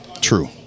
True